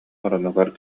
оронугар